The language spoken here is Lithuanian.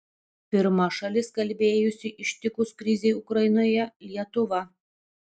pirma šalis kalbėjusi ištikus krizei ukrainoje lietuva